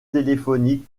téléphoniques